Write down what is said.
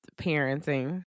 parenting